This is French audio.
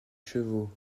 chevaux